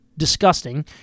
disgusting